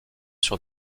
sur